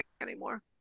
anymore